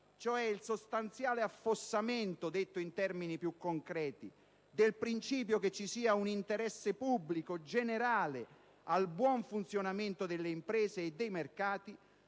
cioè il sostanziale affossamento - detto in termini più concreti - del principio che ci sia un interesse pubblico, generale al buon funzionamento delle imprese e dei mercati,